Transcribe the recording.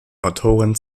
autoren